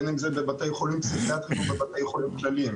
בין אם זה בבתי חולים פסיכיאטריים או בבתי חולים כלליים.